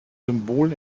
symbol